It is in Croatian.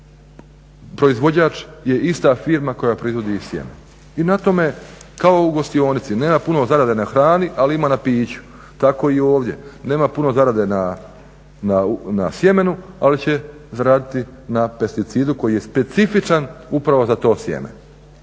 proizvođač je ista firma koja proizvodi i sjeme. I na tome kao u gostionici nema puno zarade na hrani, ali ima na piću. Tako i ovdje, nema puno zarade na sjemenu, ali će zaraditi na pesticidu koji je specifičan upravo za to sjeme.